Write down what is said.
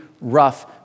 rough